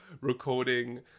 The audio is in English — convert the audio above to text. recording